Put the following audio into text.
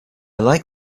like